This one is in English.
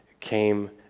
came